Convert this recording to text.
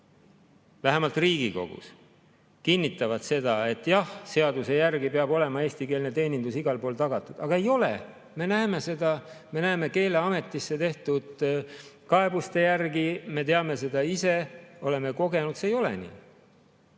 vähemalt Riigikogus kinnitavad seda, et jah, seaduse järgi peab olema eestikeelne teenindus igal pool tagatud, aga ei ole. Me näeme seda. Me näeme Keeleametisse tehtud kaebuste järgi, me teame seda ise, oleme kogenud, see ei ole nii.